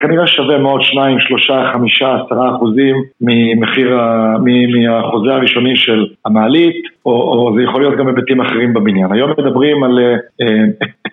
כנראה שווה מאוד שניים, שלושה, חמישה, עשרה אחוזים ממחיר, מהחוזה הראשונים של המעלית או זה יכול להיות גם מהיבטים אחרים בבניין היום מדברים על...